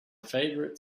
favorite